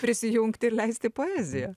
prisijungti ir leisti poeziją